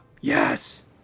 yes